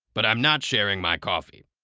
but i'm not sharing my coffee.